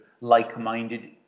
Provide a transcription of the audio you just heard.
like-minded